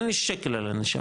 אין לי שקל על הנשמה,